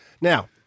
Now